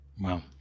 Wow